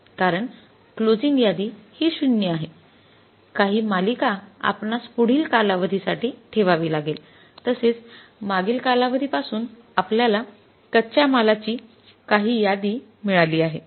कारण क्लोसिंग यादी हि शून्य आहे काही मालिका आपणास पुढील कालावधी साठी ठेवावी लागेल तसेच मागील कालावधी पासून आपल्याला कच्च्या मालाची काही यादी मिळाली आहे